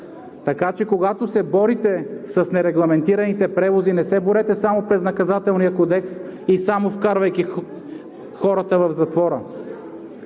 Така че, когато се борите с нерегламентираните превози, не се борете само през Наказателния кодекс и само вкарвайки хората в затвора.